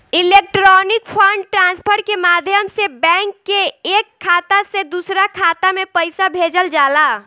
electronic fund transfer के माध्यम से बैंक के एक खाता से दूसरा खाता में पईसा भेजल जाला